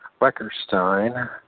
Weckerstein